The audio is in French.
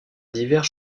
divers